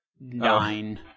nine